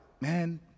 man